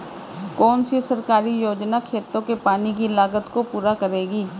कौन सी सरकारी योजना खेतों के पानी की लागत को पूरा करेगी?